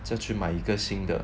正去买一个新的